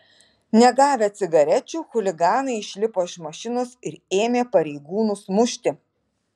negavę cigarečių chuliganai išlipo iš mašinos ir ėmė pareigūnus mušti